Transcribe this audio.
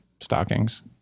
stockings